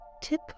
tip